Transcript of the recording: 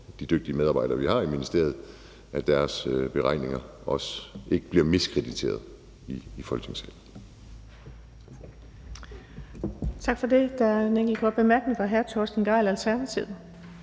de dygtige medarbejdere, vi har i ministeriet, ikke bliver miskrediteret i Folketingssalen.